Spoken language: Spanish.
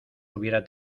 hubiera